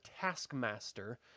taskmaster